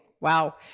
Wow